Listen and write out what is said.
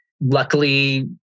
Luckily